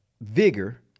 vigor